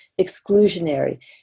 exclusionary